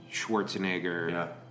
Schwarzenegger